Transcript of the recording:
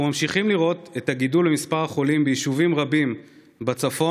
אנחנו ממשיכים לראות את הגידול במספר החולים ביישובים רבים בצפון,